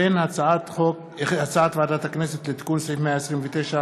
הצעת ועדת הכנסת לתיקון סעיף 129